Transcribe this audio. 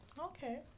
Okay